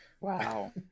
Wow